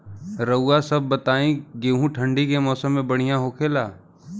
रउआ सभ बताई गेहूँ ठंडी के मौसम में बढ़ियां होखेला?